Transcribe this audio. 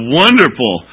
wonderful